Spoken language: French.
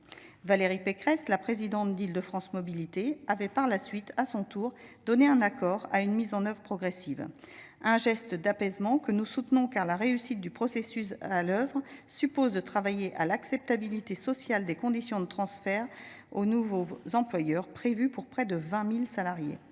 Valérie Pécresse, la présidente d’IDFM, avait par la suite, à son tour, donné un accord à « une mise en œuvre progressive ». C’est un geste d’apaisement que nous soutenons, car la réussite du processus à l’œuvre suppose de travailler à l’acceptabilité sociale des conditions de transfert aux nouveaux employeurs de près de 20 000 salariés.